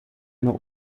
nur